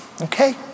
Okay